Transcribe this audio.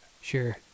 Sure